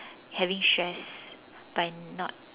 having stressed by not